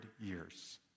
years